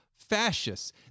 fascists